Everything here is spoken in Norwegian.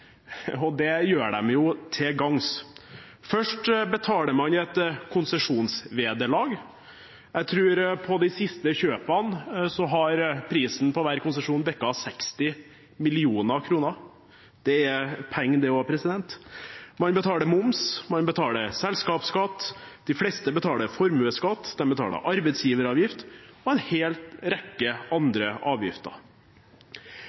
og det gjør de til gangs. Først betaler man et konsesjonsvederlag – jeg tror at på de siste kjøpene har prisen på hver konsesjon dekket 60 mill. kr, det er også penger – man betaler moms, man betaler selskapsskatt, de fleste betaler formuesskatt, man betaler arbeidsgiveravgift og en hel rekke